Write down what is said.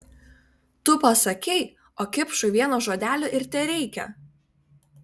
tu pasakei o kipšui vieno žodelio ir tereikia